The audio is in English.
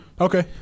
Okay